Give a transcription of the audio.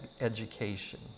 education